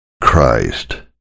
Christ